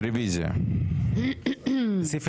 הצבעה בעד